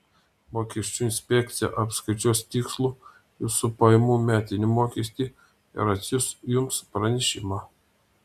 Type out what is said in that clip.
mokesčių inspekcija apskaičiuos tikslų jūsų pajamų metinį mokestį ir atsiųs jums pranešimą